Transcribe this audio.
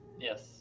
Yes